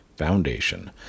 Foundation